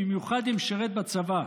במיוחד אם שירת בצבא.